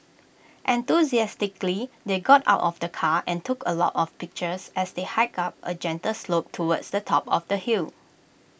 enthusiastically they got out of the car and took A lot of pictures as they hiked up A gentle slope towards the top of the hill